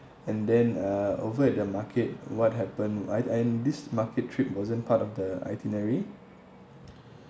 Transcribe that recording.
and then uh over at the market what happened I I and this market trip wasn't part of the itinerary